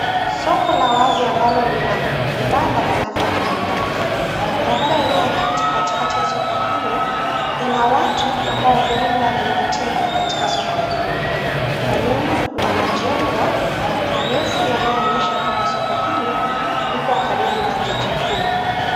Soko la wazi ambalo lina vibanda vinavyoangaliana. Barabara inayopita katikati ya soko hili ina watu ambao huenda ni wateja katika soko hili. Kwa nyuma kuna majengo marefu yanayoonyesha kwamba soko hili lipo karibu na jiji kuu.